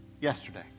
yesterday